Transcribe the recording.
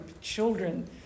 children